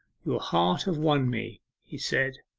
your heart have won me he said,